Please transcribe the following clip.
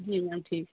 जी ma'am ठीक